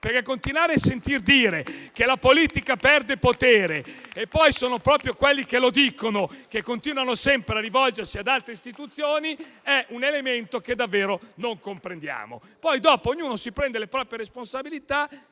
Continuare a sentir dire che la politica perde potere da parte di quelle persone che poi continuano sempre a rivolgersi ad altre istituzioni è un elemento che davvero non comprendiamo. Poi ognuno si prende le proprie responsabilità.